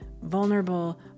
Vulnerable